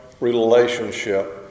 relationship